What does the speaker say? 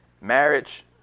Marriage